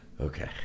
okay